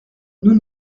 nous